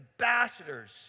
ambassadors